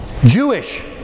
Jewish